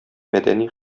мәдәни